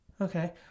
Okay